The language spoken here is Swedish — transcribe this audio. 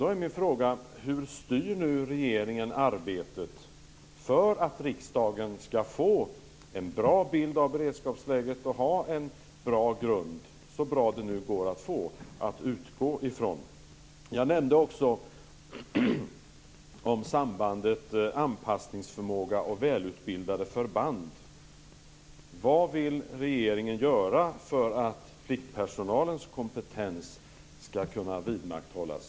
Då är min fråga: Hur styr nu regeringen arbetet för att riksdagen skall få en bra bild av beredskapsläget och ha en så bra grund som möjligt att utgå ifrån? Jag nämnde också sambandet mellan anpassningsförmåga och välutbildade förband. Vad vill regeringen göra för att pliktpersonalens kompetens skall kunna vidmakthållas?